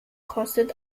kostet